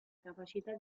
capacità